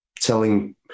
telling